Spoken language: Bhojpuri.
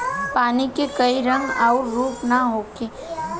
पानी के कोई रंग अउर रूप ना होखें